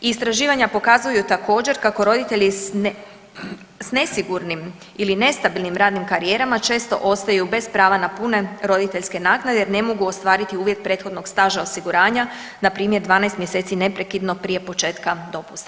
I istraživanja pokazuju također kako roditelji s nesigurnim ili nestabilnim radnim karijerama često ostaju bez prava na pune roditeljske naknade jer ne mogu ostvariti uvjet prethodnog staža osiguranja npr. 12 mjeseci neprekidno prije početka dopusta.